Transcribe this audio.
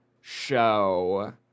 show